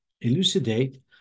elucidate